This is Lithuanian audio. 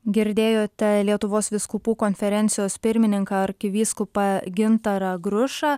girdėjote lietuvos vyskupų konferencijos pirmininką arkivyskupą gintarą grušą